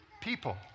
people